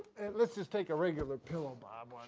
let's just take a regular pillow bob